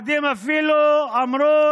אחדים אפילו אמרו: